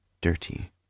dirty